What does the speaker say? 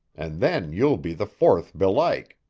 and then you'll be the fourth belike.